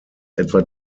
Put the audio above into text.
etwa